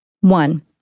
One